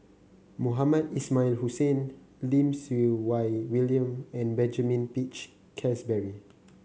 Mohamed Ismail Hussain Lim Siew Wai William and Benjamin Peach Keasberry